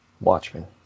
Watchmen